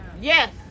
Yes